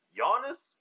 Giannis